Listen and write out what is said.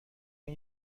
این